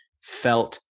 felt